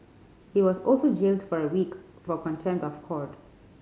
he was also jailed for a week for contempt of court